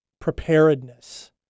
preparedness